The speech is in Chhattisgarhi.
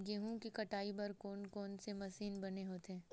गेहूं के कटाई बर कोन कोन से मशीन बने होथे?